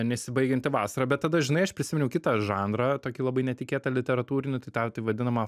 nesibaigianti vasara bet tada žinai aš prisiminiau kitą žanrą tokį labai netikėtą literatūrinį tai tą taip vadinamą